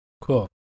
cool